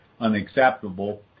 unacceptable